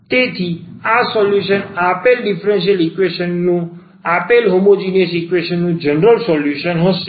તેથી આ સોલ્યુશન આપેલ ડિફરન્સલ ઇક્વેશન નું આપેલ હોમોજીનીયસ ઈક્વેશન નું જનરલ સોલ્યુશન હશે